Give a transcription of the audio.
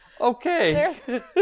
Okay